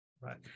Right